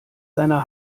seiner